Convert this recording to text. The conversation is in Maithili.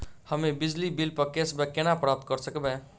हम्मे बिजली बिल प कैशबैक केना प्राप्त करऽ सकबै?